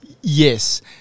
Yes